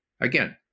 again